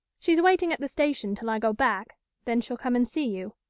she's waiting at the station till i go back then she'll come and see you.